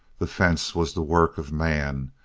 the fence was the work of man,